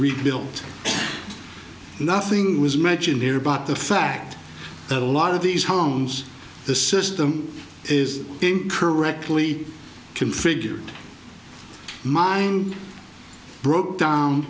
rebuilt nothing was mentioned here but the fact that a lot of these homes the system is being correctly configured mine broke down